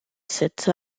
cette